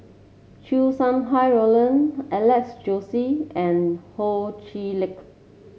Chow Sau Hai Roland Alex Josey and Ho Chee Lick